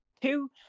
Two